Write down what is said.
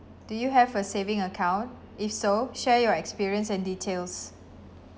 do you have a saving account if so share your experience and details